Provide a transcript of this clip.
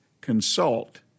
consult